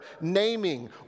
naming